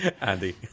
Andy